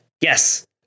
Yes